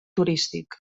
turístic